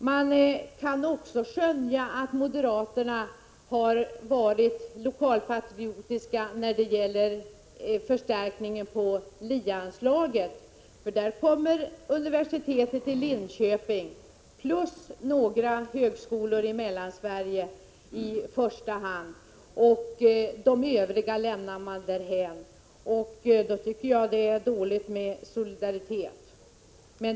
Man kan också skönja att moderaterna har varit lokalpatriotiska när det har gällt förstärkningen beträffande LIE-anslaget, för där kommer universitetet i Linköping och några högskolor i Mellansverige i första hand, medan de övriga lämnas därhän. Då tycker jag det är dåligt med solidariteten.